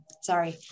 Sorry